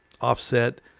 offset